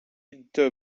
inte